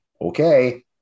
okay